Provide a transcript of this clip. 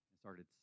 Started